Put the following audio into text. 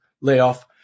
layoff